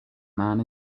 man